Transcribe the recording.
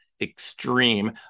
extreme